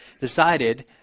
decided